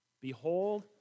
Behold